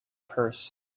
purse